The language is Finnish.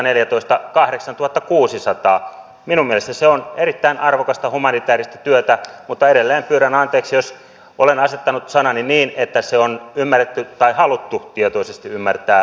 minun mielestäni se on erittäin arvokasta humanitääristä työtä mutta edelleen pyydän anteeksi jos olen asettanut sanani niin että se on ymmärretty tai haluttu tietoisesti ymmärtää loukkaavasti